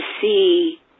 see